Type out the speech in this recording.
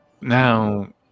Now